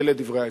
אלה דברי ההסבר.